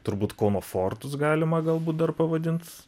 turbūt kauno fortus galima galbūt dar pavadint